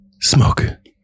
Smoke